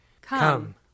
Come